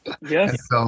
Yes